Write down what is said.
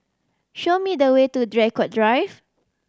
show me the way to Draycott Drive